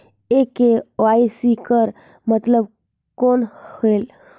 ये के.वाई.सी कर मतलब कौन होएल?